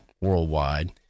worldwide